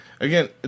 Again